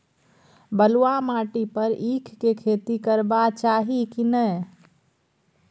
बलुआ माटी पर ईख के खेती करबा चाही की नय?